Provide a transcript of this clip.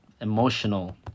emotional